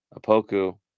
Apoku